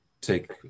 take